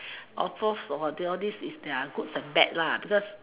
of course for all this is there are good or bad because